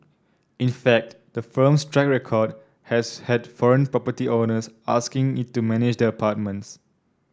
in fact the firm's track record has had foreign property owners asking it to manage their apartments